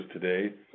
today